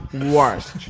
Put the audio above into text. worst